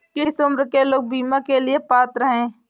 किस उम्र के लोग बीमा के लिए पात्र हैं?